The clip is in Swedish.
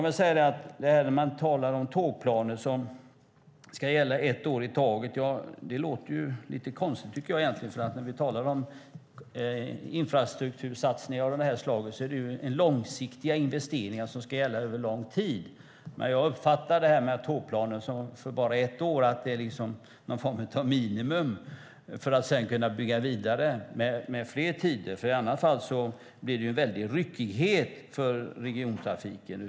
När man talar om tågplaner som ska gälla ett år i taget tycker jag egentligen att det låter lite konstigt. När vi talar om infrastruktursatsningar av det här slaget talar vi ju om långsiktiga investeringar som ska gälla över lång tid. Men jag uppfattar det här med tågplaner för bara ett år som att det är någon form av minimum för att man sedan ska kunna bygga vidare med fler tider. I annat fall blir det en väldig ryckighet för regiontrafiken.